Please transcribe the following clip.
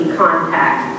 contact